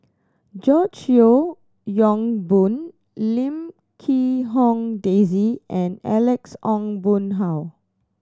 George Yeo Yong Boon Lim Quee Hong Daisy and Alex Ong Boon Hau